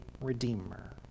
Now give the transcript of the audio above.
redeemer